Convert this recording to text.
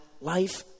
life